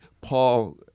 Paul